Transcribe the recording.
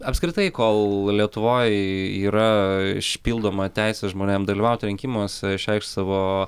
apskritai kol lietuvoj yra išpildoma teisė žmonėm dalyvaut rinkimuose išreikšt savo